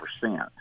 percent